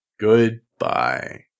Goodbye